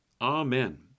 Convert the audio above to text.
Amen